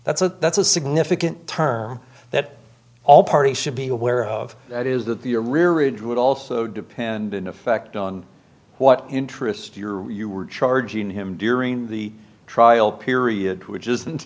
that's a that's a significant term that all parties should be aware of that is that the arrearages would also depend in effect on what interest your you were charging him during the trial period which isn't